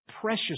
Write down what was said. precious